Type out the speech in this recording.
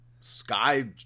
Sky